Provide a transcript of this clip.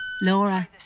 Laura